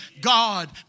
God